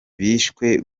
bishwe